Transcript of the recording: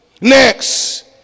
Next